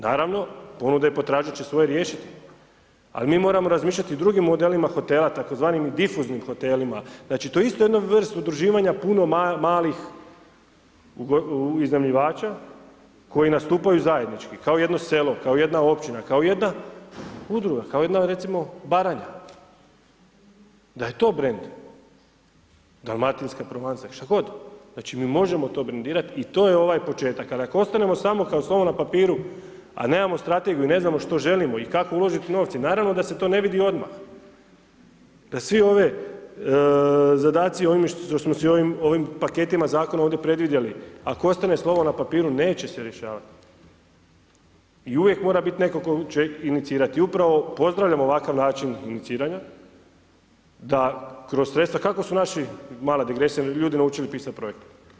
Naravno, ponuda i potražnja će svoje riješiti, ali mi moramo razmišljati o drugim modelima hotela tzv. difuznim hotelima, znači, to je isto jedna vrst udruživanja puno malih iznajmljivača koji nastupaju zajednički kao jedno selo, kao jedna općina, kao jedna udruga, kao jedna recimo Baranja, da je to brend, dalmatinska provanca, štagod, znači, mi možemo to brendirati i to je ovaj početak, al ako ostanemo samo kao slovo na papiru, a nemamo strategiju i ne znamo što želimo i kako uložiti novce, naravno da se to ne vidi odmah, da svi ove, zadaci što smo si ovim paketima Zakona predvidjeli, ako ostane slovo na papiru, neće se rješavati i uvijek mora biti netko tko će inicirati i upravo pozdravljam ovakav način iniciranja, da kroz sredstva, kako su naši, mala digresija, ljudi naučili pisati projekte.